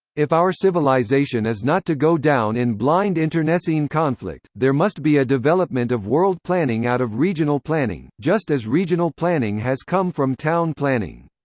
if our civilization is not to go down in blind internecine conflict, there must be a development of world planning out of regional planning, just as regional planning has come from town planning.